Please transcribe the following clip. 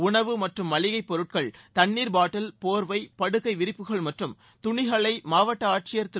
உணவு மற்றும் மளிகைப் பொருட்கள் தண்ணீர் பாட்டில் போர்வை படுக்கை விரிப்புகள் மற்றும் துணிகளை மாவட்ட ஆட்சியர் திரு